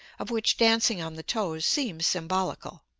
of which dancing on the toes seems symbolical.